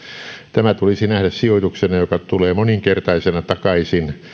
tämä tulisi nähdä sijoituksena joka tulee moninkertaisena takaisin